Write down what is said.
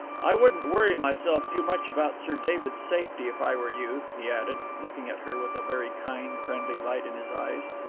i wouldn't worry myself too much about sir david's safety if i were you, he added, looking at her with a very kind, friendly light in his eyes.